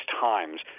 times